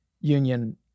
union